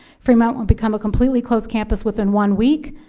fremont will become a completely closed campus within one week.